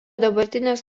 dabartinės